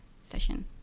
session